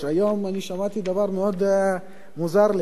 היום אני שמעתי דבר מאוד מוזר לי.